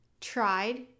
tried